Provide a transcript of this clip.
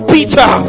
Peter